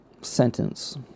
sentence